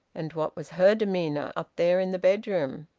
and what was her demeanour, up there in the bedroom?